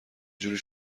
جوری